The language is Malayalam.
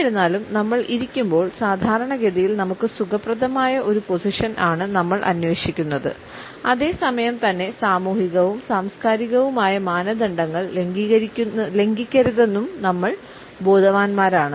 എന്നിരുന്നാലും നമ്മൾ ഇരിക്കുമ്പോൾ സാധാരണഗതിയിൽ നമുക്ക് സുഖപ്രദമായ ഒരു പൊസിഷൻ ആണ് നമ്മൾ അന്വേഷിക്കുന്നത് അതേസമയം തന്നെ സാമൂഹികവും സാംസ്കാരികവുമായ മാനദണ്ഡങ്ങൾ ലംഘിക്കരുതെന്നും നമ്മൾ ബോധവാന്മാരാണ്